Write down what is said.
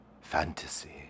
fantasy